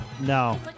no